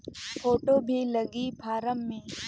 Photo भी लगी form मे?